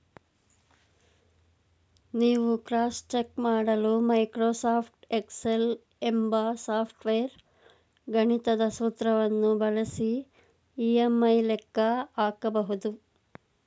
ನೀವು cross check ಮಾಡಲು Microsoft Excel ಎಂಬ ಸಾಫ್ಟ್ವೇರ್ ಗಣಿತದ ಸೂತ್ರವನ್ನು ಬಳಸಿ ಇ.ಎಂ.ಐ ಲೆಕ್ಕ ಹಾಕಬಹುದು